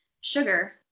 sugar